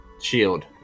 shield